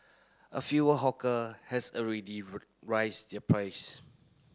a few hawker has already rise their price